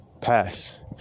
pass